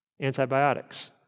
Antibiotics